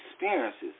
experiences